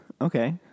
Okay